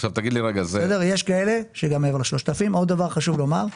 עוד דבר שחשוב לומר,